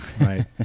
Right